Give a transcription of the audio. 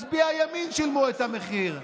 מצביעי הימין שילמו את המחיר,